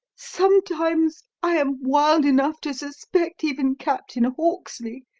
sometimes i am wild enough to suspect even captain hawksley,